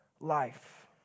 life